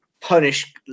punish